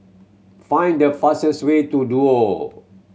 find the fastest way to Duo